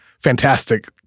fantastic